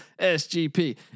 SGP